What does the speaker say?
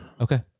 Okay